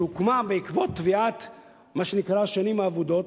שהוקמה בעקבות תביעת מה שנקרא "השנים האבודות",